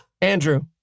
Andrew